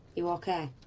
you ok, i